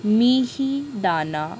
মিহিদানা